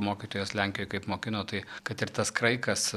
mokytojas lenkijoj kaip mokino tai kad ir tas kraikas